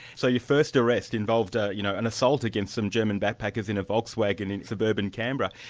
so your first arrest involved ah you know an assault against some german backpackers in a volkswagen in suburban canberra.